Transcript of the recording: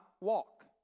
walk